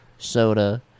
Soda